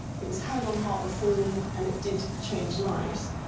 it was hand-on-heart reform and it did change lives.